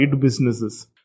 businesses